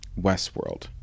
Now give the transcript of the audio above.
Westworld